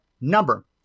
number